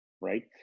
right